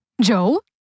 Joe